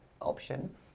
option